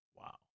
Wow